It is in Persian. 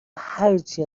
هرچی